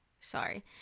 sorry